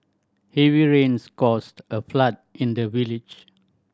heavy rains caused a flood in the village